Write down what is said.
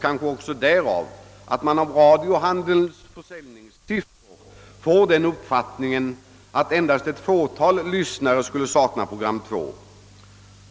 Kanske har man också av radiohandelns försäljningssiffror fått den uppfattningen att endast ett fåtal lyssnare skulle sakna program 2.